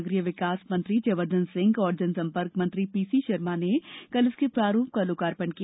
नगरीय विकास मंत्री जयवर्द्धन सिंह और जनसम्पर्क मंत्री पीसी शर्मा ने कल इसके प्रारूप का लोकार्पण किया